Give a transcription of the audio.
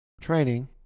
Training